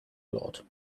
lot